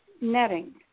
netting